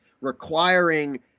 requiring